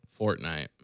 Fortnite